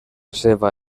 seva